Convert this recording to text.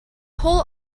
whole